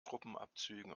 truppenabzügen